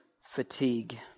fatigue